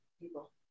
people